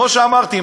כמו שאמרתי,